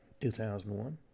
2001